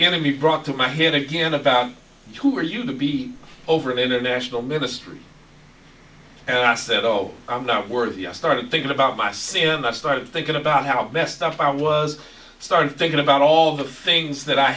be brought to my head again about who were you to be over in international ministry and i said oh i'm not worthy i started thinking about my sin and i started thinking about how messed up i was started thinking about all the things that i